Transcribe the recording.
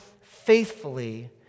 faithfully